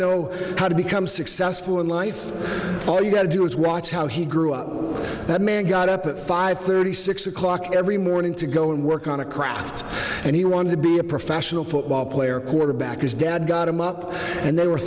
know how to become successful in life all you got to do is watch how he grew up that man got up at five thirty six o'clock every morning to go and work on a craft and he wanted to be a professional football player quarterback his dad got him up and they were